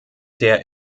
der